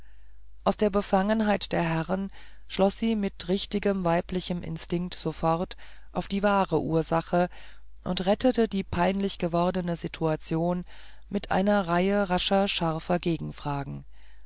aus der befangenheit der herren schloß sie mit richtigem weiblichem instinkt sofort auf die wahre ursache und rettete die peinlich gewordene situation mit einer reihe rascher scharfer gegenfragen